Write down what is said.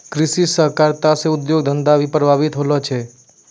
कृषि सहकारिता से उद्योग धंधा भी प्रभावित होलो छै